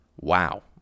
wow